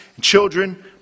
children